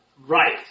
Right